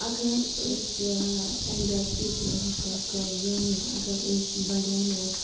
اَگر أسۍ ایٚلڈر پیپلَن ہٕنٛز کَتھ کَرو یعنی اَگر أسۍ بَڑٮ۪ن